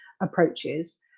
approaches